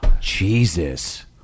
Jesus